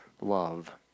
love